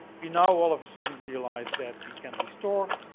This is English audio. we now all of a sudden realize that we can restore,